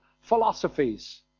philosophies